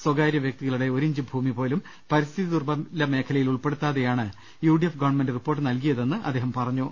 സ്വകാര്യ വ്യക്തികളുടെ ഒരിഞ്ച് ഭൂമിപോലും പരിസ്ഥിതി ദുർബല മേഖലയിൽ ഉൾപ്പെടുത്താതെയാണ് U D F government report നൽകിയതെന്ന് അദ്ദേഹം പറഞ്ഞു